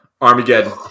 Armageddon